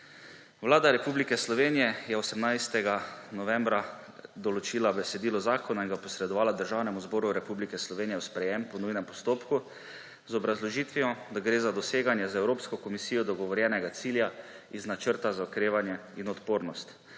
Vlada Republike Slovenije je 18. novembra določila besedilo zakona in ga posredovala Državnemu zboru Republike Slovenije v sprejem po nujnem postopku, z obrazložitvijo, da gre za doseganje z Evropsko komisijo dogovorjenega cilja iz Načrta za okrevanje in odpornost;